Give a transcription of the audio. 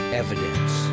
evidence